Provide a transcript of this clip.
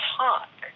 talk